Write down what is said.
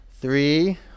Three